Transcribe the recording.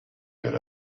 good